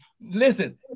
listen